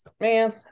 man